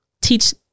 teach